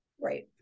Right